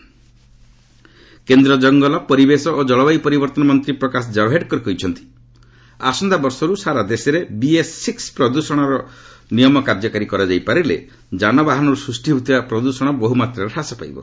LS pollution କେନ୍ଦ୍ର ଜଙ୍ଗଲ ପରିବେଶ ଓ ଜଳବାୟୁ ପରିବର୍ଭନ ମନ୍ତ୍ରୀ ପ୍ରକାଶ ଜାବ୍ଡେକର କହିଛନ୍ତି ଆସନ୍ତାବର୍ଷରୁ ସାରା ଦେଶରେ ବିଏସ୍ ସିକ୍କ ପ୍ରଦ୍ଷର ନିୟମ କାର୍ଯ୍ୟକାରୀ କରାଯାଇପାରିଲେ ଯାନବାହନରୁ ସୃଷ୍ଟି ହେଉଥିବା ପ୍ରଦ୍ୱଷଣ ବହୁମାତ୍ରାରେ ହ୍ରାସ ପାଇବ